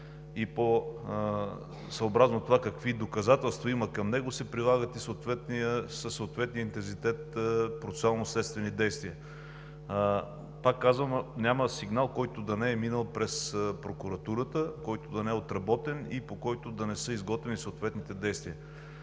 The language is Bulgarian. и съобразно това какви доказателства има към него, със съответния интензитет се прилагат и процесуално-следствени действия. Пак казвам, няма сигнал, който да не е минал през прокуратурата, който да не е отработен и по който да не са изготвени съответните действия.